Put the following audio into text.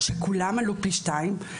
שכולם עלו פי שניים,